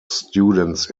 students